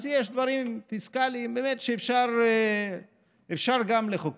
אז יש דברים פיסקליים באמת שאפשר גם לחוקק.